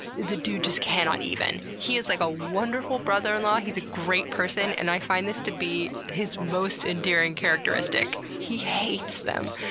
the dude just cannot even. he is like a wonderful brother in law, he is a great person, and i find this to be his most endearing characteristic. he hates them.